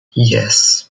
yes